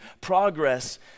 Progress